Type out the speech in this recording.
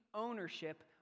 ownership